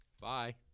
Bye